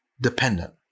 dependent